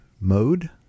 mode